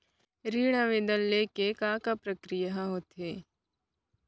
ऋण आवेदन ले के का का प्रक्रिया ह होथे?